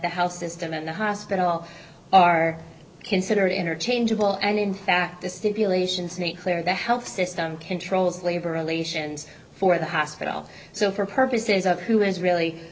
house system and the hospital are consider interchangeable and in fact the stipulations made clear the health system controls labor relations for the hospital so for purposes of who is really